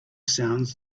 sounds